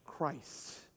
Christ